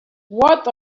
what